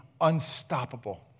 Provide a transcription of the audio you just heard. unstoppable